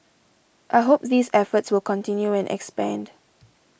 I hope these efforts will continue and expand